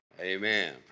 Amen